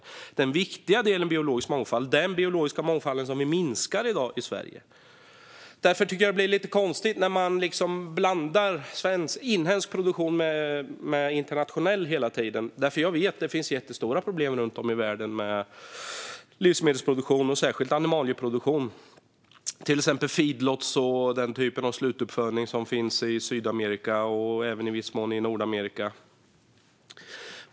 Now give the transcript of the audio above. Det är den viktiga delen av biologisk mångfald, och den minskar i Sverige i dag. Det blir därför konstigt när man hela tiden blandar inhemsk produktion med internationell. Jag vet att det finns jättestora problem i livsmedelsproduktionen, särskilt animalieproduktion, runt om i världen. Det gäller till exempel feedlot och det slags slutuppfödning som finns i Sydamerika och även i viss mån i Nordamerika.